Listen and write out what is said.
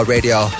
Radio